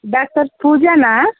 doctor ಪೂಜಾನ